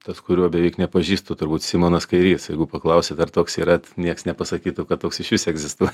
tas kurio beveik nepažįstu turbūt simonas kairys jeigu paklausit ar toks yra niekas nepasakytų kad toks išvis egzistuoja